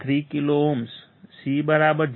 3 kilo ohm C0